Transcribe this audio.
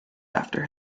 after